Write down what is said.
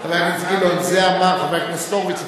זה אמר חבר הכנסת הורוביץ.